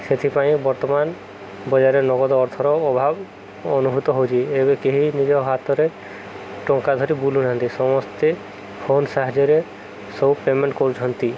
ସେଥିପାଇଁ ବର୍ତ୍ତମାନ ବଜାରରେ ନଗଦ ଅର୍ଥର ଅଭାବ ଅନୁଭୂତ ହେଉଛି ଏବେ କେହି ନିଜ ହାତରେ ଟଙ୍କା ଧରି ବୁଲୁନାହାନ୍ତି ସମସ୍ତେ ଫୋନ୍ ସାହାଯ୍ୟରେ ସବୁ ପେମେଣ୍ଟ କରୁଛନ୍ତି